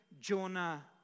Jonah